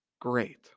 great